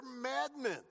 madmen